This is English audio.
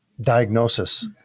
diagnosis